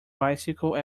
bicycle